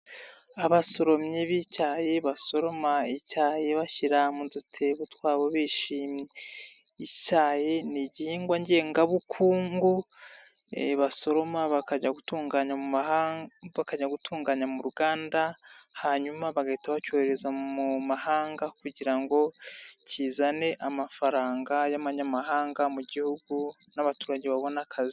Abasoromyi b'icyayi basoroma icyayi bashyira mu dutebo twabo bishimye. Icyayi n'igihingwa ngengabukungu basoroma bakajya gutunganya mu ruganda, hanyuma bagahita bacyohereza mu mahanga kugira ngo kizane amafaranga y'abanyamahanga mu gihugu n'abaturage babone akazi.